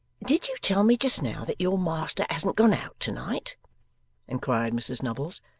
did you tell me, just now, that your master hadn't gone out to-night inquired mrs nubbles.